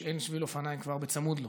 שאין שביל אופניים כבר בצמוד לו.